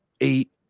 eight